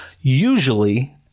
usually